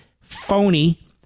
phony